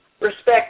respect